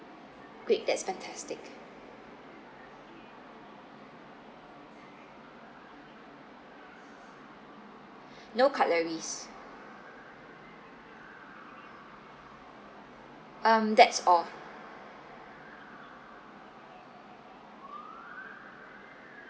great that's fantastic no cutleries um that's all